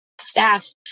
staff